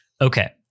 okay